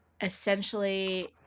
essentially